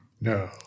No